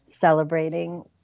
celebrating